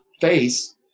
face